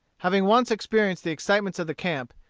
having once experienced the excitements of the camp,